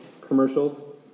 commercials